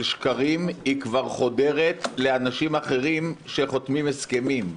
שקרים כבר חודרת לאנשים אחרים שחותמים הסכמים,